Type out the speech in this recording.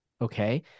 Okay